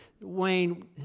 Wayne